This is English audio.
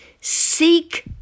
Seek